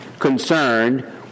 concerned